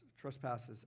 trespasses